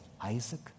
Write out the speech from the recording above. Isaac